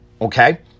Okay